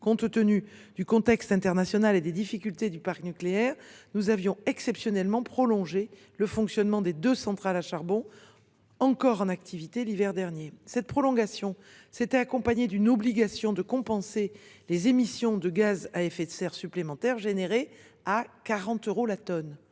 Compte tenu du contexte international et des difficultés rencontrées par le parc nucléaire, nous avions exceptionnellement prolongé l’exploitation des deux centrales à charbon encore en activité l’hiver dernier ; cette prolongation s’est accompagnée d’une obligation de compenser les émissions de gaz à effet de serre supplémentaires à hauteur de 40 euros la tonne.